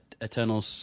Eternal